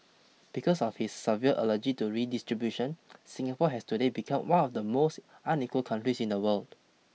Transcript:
because of his severe allergy to redistribution Singapore has today become one of the most unequal countries in the world